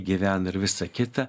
gyveno ir visa kita